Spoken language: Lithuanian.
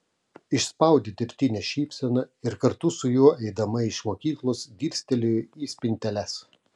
išspaudė dirbtinę šypseną ir kartu su juo eidama iš mokyklos dirstelėjo į spinteles